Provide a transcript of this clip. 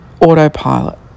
autopilot